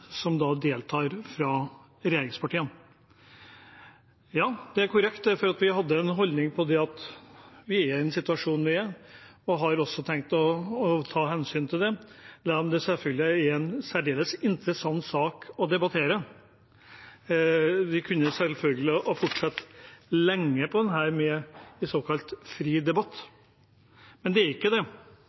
som deltar fra regjeringspartiene. Ja, det er korrekt, for vi har en holdning om at vi er i den situasjonen vi er, og har tenkt å ta hensyn til den, selv om det selvfølgelig er en særdeles interessant sak å debattere. Vi kunne selvfølgelig fortsatt lenge om dette, med såkalt fri debatt, men det er ikke det.